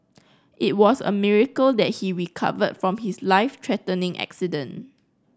it was a miracle that he recovered from his life threatening accident